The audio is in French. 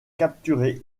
capturé